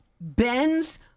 bends